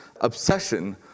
obsession